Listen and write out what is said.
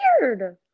weird